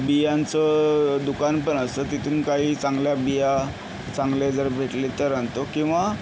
बियांचं दुकानपण असं तिथून काही चांगल्या बिया चांगले जर भेटले तर आणतो किंवा